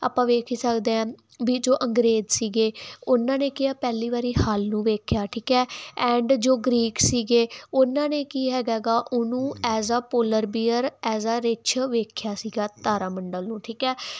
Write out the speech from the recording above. ਆਪਾਂ ਵੇਖ ਹੀ ਸਕਦੇ ਆ ਵੀ ਜੋ ਅੰਗਰੇਜ਼ ਸੀ ਉਹਨਾਂ ਨੇ ਕੀ ਆ ਪਹਿਲੀ ਵਾਰੀ ਹੱਲ ਨੂੰ ਵੇਖ ਕੇ ਆ ਠੀਕ ਐਂਡ ਜੋ ਗਰੀਕ ਸੀਗੇ ਉਹਨਾਂ ਨੇ ਕੀ ਹੈਗਾ ਉਹਨੂੰ ਐਜ ਪੋਲਰ ਬੀਅਰ ਐਸ ਆ ਰਿਛ ਵੇਖਿਆ ਸੀਗਾ ਤਾਰਾ ਮੰਡਲ ਨੂੰ ਠੀਕ ਆ